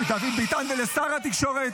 -- דוד ביטן ולשר התקשורת.